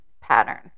pattern